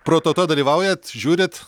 prototo dalyvaujat žiūrit